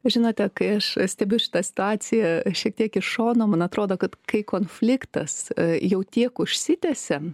žinote kai aš stebiu šitą situaciją šiek tiek iš šono man atrodo kad kai konfliktas jau tiek užsitęsė